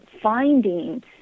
finding